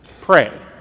Pray